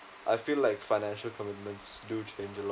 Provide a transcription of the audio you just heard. I feel like financial commitments do change a lot